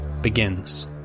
begins